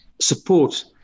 support